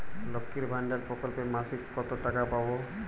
লক্ষ্মীর ভান্ডার প্রকল্পে মাসিক কত টাকা পাব?